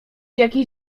jakieś